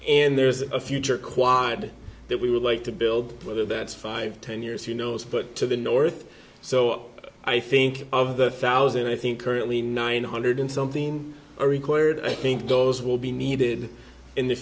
and there's a future quiet that we would like to build whether that's five ten years who knows but to the north so i think of the thousand i think currently nine hundred and something are required i think those will be needed in the